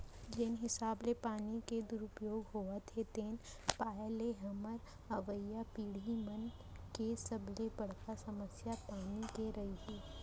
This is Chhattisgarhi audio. जेन हिसाब ले पानी के दुरउपयोग होवत हे तेन पाय ले हमर अवईया पीड़ही मन के सबले बड़का समस्या पानी के रइही